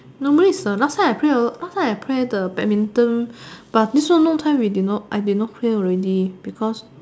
normally is the last time I play last time I play the badminton but this one long time already not I did not play already because